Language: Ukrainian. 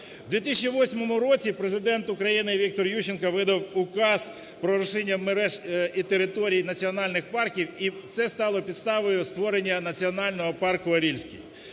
У 2008 році Президент України Віктор Ющенко видав Указ про розширення мереж і території національних парків, і це стало підставою створення Національного парку "Орільський".